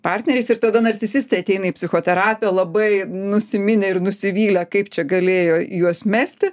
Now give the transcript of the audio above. partneriais ir tada narcisistai ateina į psichoterapiją labai nusiminę ir nusivylę kaip čia galėjo juos mesti